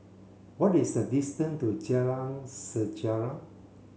what is the distance to Jalan Sejarah